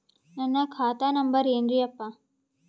ನನ್ನ ಖಾತಾ ನಂಬರ್ ಏನ್ರೀ ಯಪ್ಪಾ?